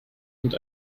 und